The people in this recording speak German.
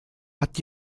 hat